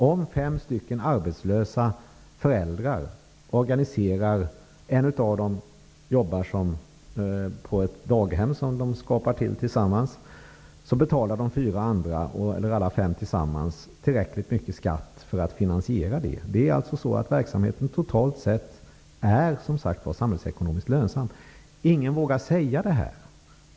Om en av fem arbetslösa föräldrar skulle arbeta på ett daghem som de skapar tillsammans, betalar alla fem tillsammans tillräckligt mycket skatt för att finansiera detta. Verksamheten är totalt sett samhällsekonomiskt lönsam. Ingen vågar säga detta.